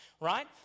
Right